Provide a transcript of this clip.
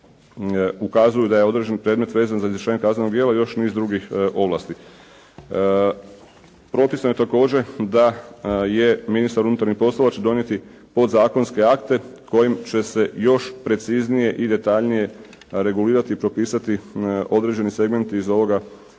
ukazuju da je određen predmet vezan za rješenje kaznenog djela i još niz drugih ovlasti. Propisano je također da ministar unutarnjih poslova će donijeti podzakonske akte kojim će se još preciznije i detaljnije regulirati i propisati određeni segmenti iz ovoga